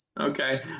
Okay